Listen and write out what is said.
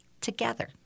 together